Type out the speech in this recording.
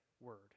word